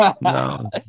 No